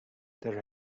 there